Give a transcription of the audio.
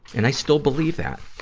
and i still believe that.